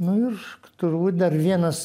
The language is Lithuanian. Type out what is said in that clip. nu ir turbūt dar vienas